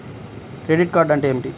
Credit card అంటే ఏమిటి?